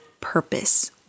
purpose